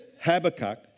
Habakkuk